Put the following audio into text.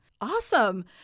Awesome